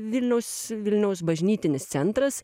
vilniaus vilniaus bažnytinis centras